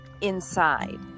inside